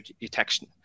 detection